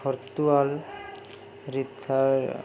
ଖର୍ତୁଆାଲ